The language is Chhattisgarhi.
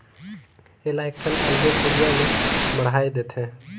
एला एकठन अलगे कुरिया में मढ़ाए देथे